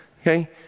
okay